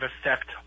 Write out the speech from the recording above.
effect